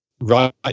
right